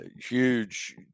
huge